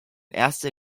erster